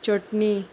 चटणी